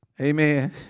Amen